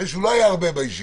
אחרי שהוא לא היה הרבה בישיבות,